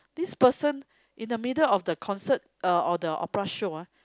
this person in the middle of the concert uh or the opera show ah